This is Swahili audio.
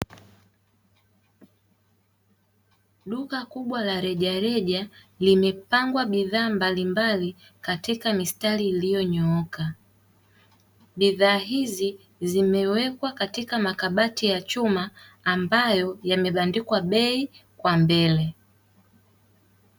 Duka kubwa la rejareja limepangwa bidhaa mbalimbali katika mistari iliyonyooka, bidhaa hizi zimewekwa katika makabati ya chuma ambayo yamebandikwa bei kwa mbele.